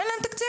אין להם תקציב.